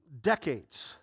decades